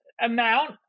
amount